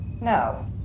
No